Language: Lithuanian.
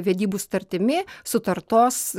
vedybų sutartimi sutartos